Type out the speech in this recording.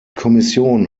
kommission